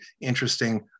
interesting